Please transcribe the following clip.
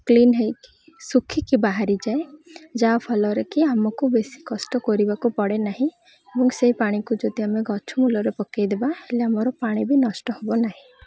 clean ହୋଇକି ଶୁଖିକି ବାହାରିଯାଏ ଯାହାଫଲରେ କି ଆମକୁ ବେଶି କଷ୍ଟ କରିବାକୁ ପଡ଼େ ନାହିଁ ଏବଂ ସେଇ ପାଣିକୁ ଯଦି ଆମେ ଗଛ ମୂଲରେ ପକେଇଦେବା ହେଲେ ଆମର ପାଣି ବି ନଷ୍ଟ ହେବ ନାହିଁ